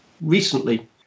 recently